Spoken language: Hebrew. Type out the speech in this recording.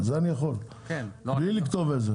את זה אני יכול בלי לכתוב את זה.